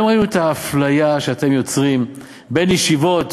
היום ראינו את האפליה שאתם יוצרים בין ישיבות